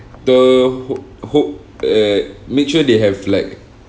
the hope hope uh make sure they have like